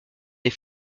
les